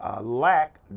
Lack